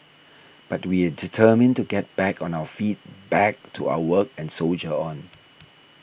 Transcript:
but we are determined to get back on our feet back to our work and soldier on